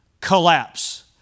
collapse